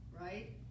right